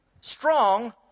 strong